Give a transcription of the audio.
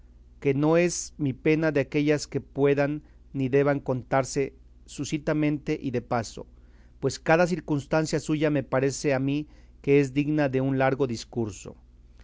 que no es mi pena de aquellas que puedan ni deban contarse sucintamente y de paso pues cada circunstancia suya me parece a mí que es digna de un largo discurso